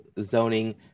zoning